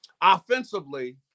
offensively